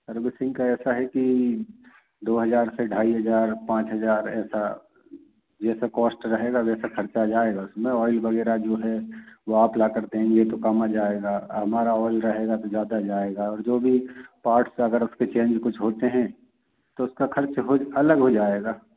servicing का ऐसा है कि दो हज़ार से ढाई हज़ार पाँच हज़ार ऐसा जैसा कॉस्ट रहेगा वैसा खर्चा जाएगा इसमें ऑइल वगैरह जो है वह आप लाकर देंगे तो काम आ जाएगा हमारा ऑइल रहेगा तो ज़्यादा जाएगा और जो भी पार्ट्स अगर उसके चेंज कुछ होते हैं तो उसका खर्च हो अलग हो जाएगा